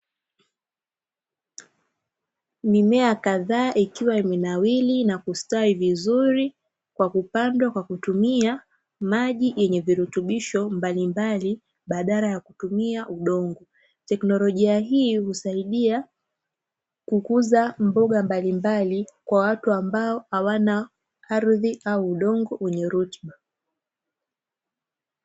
Mimea kadhaa ikiwa imenawiri na kustawi vizuri kwa kupandwa kwa kutumia maji, yenye virutubisho mbalimbali badala ya kutumia udongo. Teknolojia hii husaidia kukuza mboga mbalimbali kwa watu ambao hawana ardhi au udongo wenye rutuba.